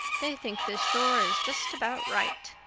they think this shore is just about right.